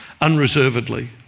unreservedly